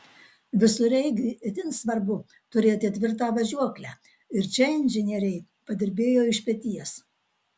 visureigiui itin svarbu turėti tvirtą važiuoklę ir čia inžinieriai padirbėjo iš peties